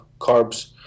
carbs